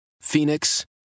Phoenix